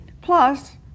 Plus